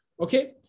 okay